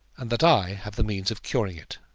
and that i have the means of curing it.